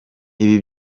ibi